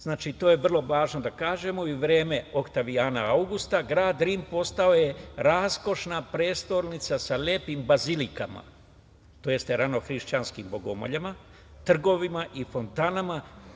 Znači, to je vrlo važno da kažemo i u vreme Oktavijana Augusta, grad Rim postao je raskošna prestonica sa lepim bazilikama, odnosno ranohrišćanskim bogomoljama, trgovima i fontanama.